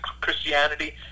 Christianity